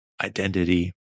identity